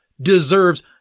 deserves